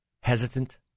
hesitant